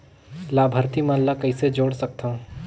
लाभार्थी मन ल कइसे जोड़ सकथव?